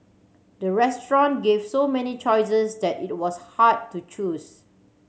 the restaurant gave so many choices that it was hard to choose